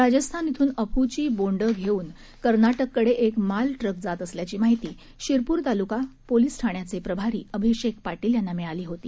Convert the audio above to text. राजस्थान येथून अफूची बोंडे घेऊन कनार्टककडे एक मालट्रक जात असल्याची माहिती शिरपूर तालुका पोलीस ठाण्याचे प्रभारी अभिषेक पाटील यांना मिळाली होती